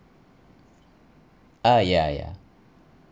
ah ya ya